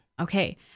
Okay